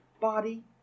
body